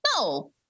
No